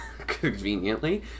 conveniently